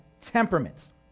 temperaments